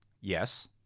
Yes